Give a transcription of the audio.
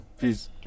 Peace